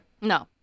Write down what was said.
No